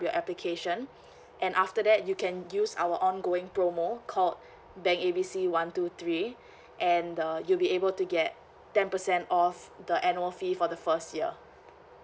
your application and after that you can use our ongoing promo called bank A B C one two three and uh you'll be able to get ten percent off the annual fee for the first year